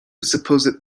supposed